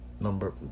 Number